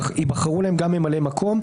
וייבחרו להם גם ממלאי מקום,